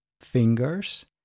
fingers